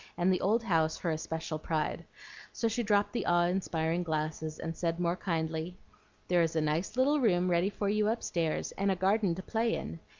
and the old house her especial pride so she dropped the awe-inspiring glasses, and said more kindly there is a nice little room ready for you upstairs, and a garden to play in.